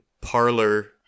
parlor